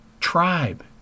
tribe